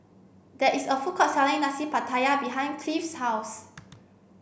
there is a food court selling Nasi Pattaya behind Cleve's house